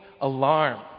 alarm